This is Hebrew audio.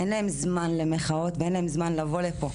אין להם זמן למחאות ואין להם זמן לבוא לפה,